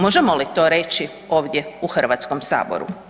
Možemo li to reći ovdje u Hrvatskom saboru?